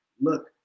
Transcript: look